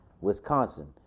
Wisconsin